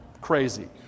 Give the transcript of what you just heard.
Crazy